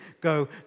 go